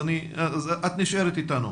את נשארת איתנו.